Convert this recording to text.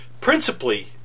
principally